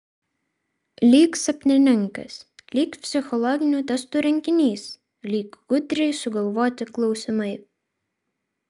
lyg sapnininkas lyg psichologinių testų rinkinys lyg gudriai sugalvoti klausimai